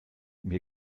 mir